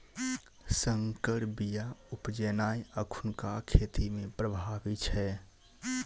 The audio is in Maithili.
सँकर बीया उपजेनाइ एखुनका खेती मे प्रभावी छै